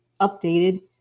updated